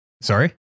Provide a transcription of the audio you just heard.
Sorry